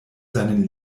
seinen